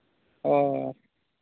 ᱚᱻ